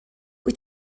wyt